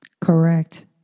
Correct